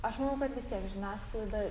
aš manau kad vis tiek žiniasklaida